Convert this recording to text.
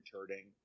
returning